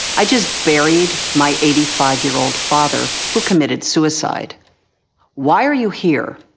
i just buried my eighty five year old father who committed suicide why are you here?